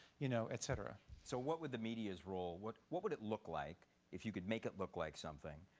you know et cetera. so what would the media's role what what would it look like if you could make it look like something,